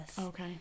Okay